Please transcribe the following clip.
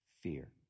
fear